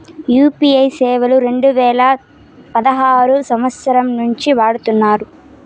UPI సేవలు రెండు వేల పదహారు సంవచ్చరం నుండి వాడుతున్నారు